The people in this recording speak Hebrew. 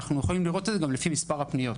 אפשר לראות את זה גם לפי מספר הפניות.